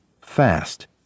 fast